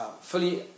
fully